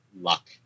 luck